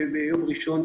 ביום ראשון,